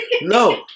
No